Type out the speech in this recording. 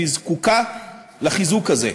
והיא זקוקה לחיזוק הזה.